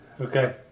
Okay